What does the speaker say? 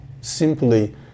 simply